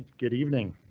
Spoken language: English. good evening.